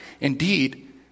Indeed